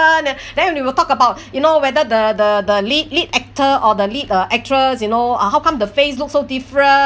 ah then we will talk about you know whether the the the lead lead actor or the lead uh actress you know uh how come the face look so different